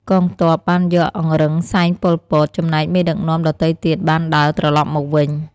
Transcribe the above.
កងទ័ព បានយកអង្រឹងសែង ប៉ុល ពត ចំណែកមេដឹកនាំដទៃទៀតបានដើរត្រឡប់មកវិញ។